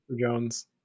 Jones